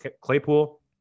Claypool